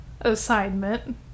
assignment